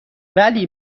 ولی